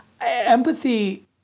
Empathy